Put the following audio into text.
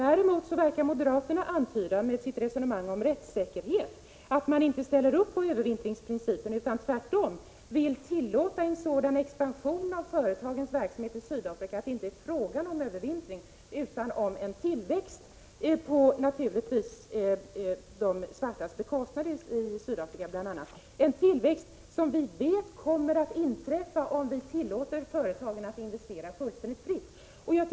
Däremot verkar det som om moderaterna med sitt resonemang om rättssäkerhet antyder att de inte ställer upp på övervintringspolitiken utan tvärtom vill tillåta en sådan expansion av de svenska företagens verksamhet i Sydafrika att det är fråga om en tillväxt på de svartas bekostnad. Det är en tillväxt som Prot. 1985/86:140 vi vet kommer att inträffa, om vi tillåter företagen att investera fullständigt 14 maj 1986 fritt.